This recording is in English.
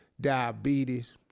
diabetes